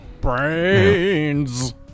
Brains